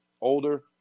older